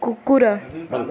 କୁକୁର